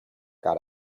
got